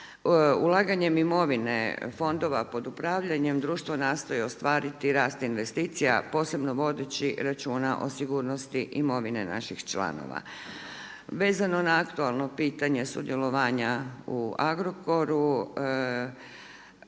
Ulaganjem imovine fondova pod upravljanjem društvo nastoji ostvariti rast investicija posebno vodeći računa o sigurnosti imovine naših članova. Vezano na aktualno pitanje sudjelovanja u Agrokoru